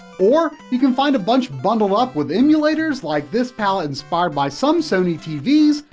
or you can find a bunch bundled ah with emulators, like this palette inspired by some sony tvs,